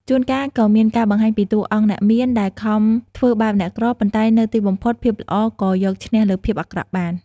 ជួនកាលក៏មានការបង្ហាញពីតួអង្គអ្នកមានដែលខំធ្វើបាបអ្នកក្រ ប៉ុន្តែនៅទីបំផុត ភាពល្អក៏យកឈ្នះលើភាពអាក្រក់បាន។